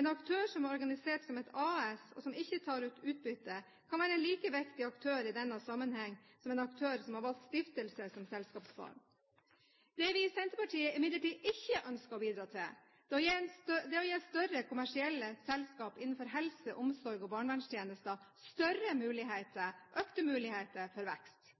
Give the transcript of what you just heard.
En aktør som er organisert som et AS, og som ikke tar ut utbytte, kan være en like viktig aktør i denne sammenheng som en aktør som har valgt stiftelse som selskapsform. Det vi i Senterpartiet imidlertid ikke ønsker å bidra til, er å gi større kommersielle selskap innenfor helse-, omsorgs- og barnevernstjenester større muligheter – økte muligheter – for vekst.